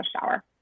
shower